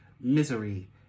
misery